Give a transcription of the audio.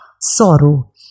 sorrow